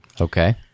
Okay